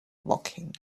woking